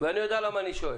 ואני ויודע למה אני שואל.